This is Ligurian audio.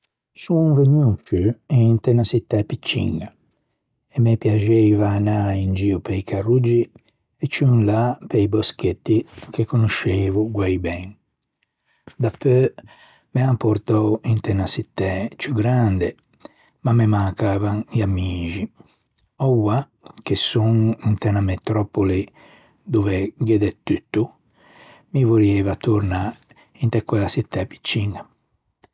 Son vegnuo in sciù inte unna çittæ piccin-a e me piaxeiva anâ in gio pe-i carroggi e ciù in là pe-i boschetti che conosceivo guæi ben. Dapeu me an portou inte unna çittæ ciù grande ma me mancavan i amixi. Oua che son inte unna metropoli dove gh'é de tutto, mi vorrieiva tornâ inte quella çittæ picciña.